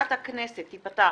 ישיבת הכנסת תיפתח